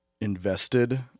invested